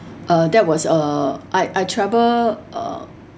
uh that was uh I I travel uh